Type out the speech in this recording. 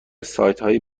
سایتهای